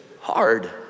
hard